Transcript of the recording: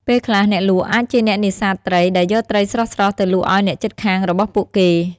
ពេលខ្លះអ្នកលក់អាចជាអ្នកនេសាទត្រីដែលយកត្រីស្រស់ៗទៅលក់ឲ្យអ្នកជិតខាងរបស់ពួកគេ។